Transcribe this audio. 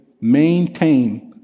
maintain